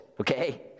okay